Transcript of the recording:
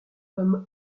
comme